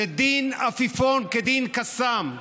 שדין עפיפון כדי קסאם,